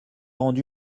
rendu